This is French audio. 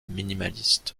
minimaliste